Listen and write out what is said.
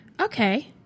Okay